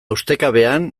ustekabean